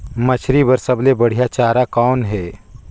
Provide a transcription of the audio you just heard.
मछरी बर सबले बढ़िया चारा कौन हे?